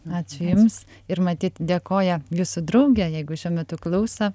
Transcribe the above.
ačiū jums ir matyt dėkoja jūsų draugė jeigu šiuo metu klauso